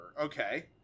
Okay